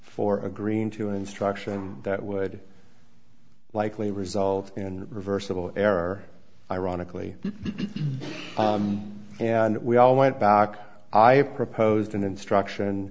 for agreeing to an instruction that would likely result in reversible error ironically and we all went back i proposed an instruction